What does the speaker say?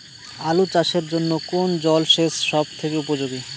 আলু চাষের জন্য কোন জল সেচ সব থেকে উপযোগী?